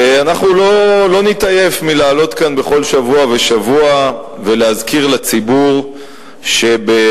ואנחנו לא נתעייף מלעלות כאן בכל שבוע ושבוע ולהזכיר לציבור שבשנה,